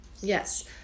Yes